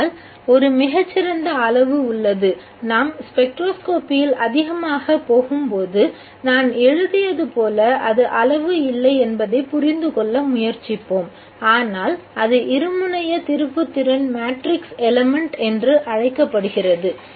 ஆனால் ஒரு மிக சிறந்த அளவு உள்ளது நாம் ஸ்பெக்ட்ரோஸ்கோப்பியில் அதிகமாக போகும்போது நான் எழுதியது போல அது அளவு இல்லை என்பதைப் புரிந்துகொள்ள முயற்சிப்போம் ஆனால் அது இருமுனைய திருப்புத்திறன் மேட்ரிக்ஸ் எலிமெண்ட் என்று அழைக்கப்படுகிறது